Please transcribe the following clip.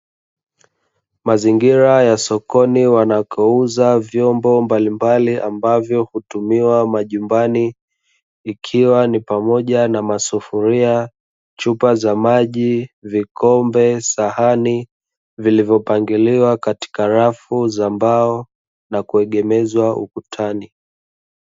Mazingira ya sokoni wanakouza vyombo mbalimbali ambavyo hutumiwa majumbani, ikiwa ni pamoja na masufuria, chupa za maji, vikombe, sahani, vilivyopangiliwa katika rafu za mbao, na kuegemezwa ukutani.